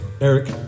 Eric